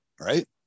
right